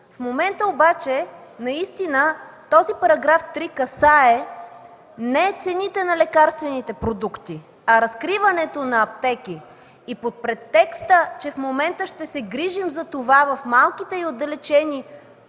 В момента обаче наистина този § 3 касае не цените на лекарствените продукти, а разкриването на аптеки и под претекст, че в момента ще се грижим за това в малките и отдалечени